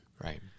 right